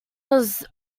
was